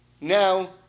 now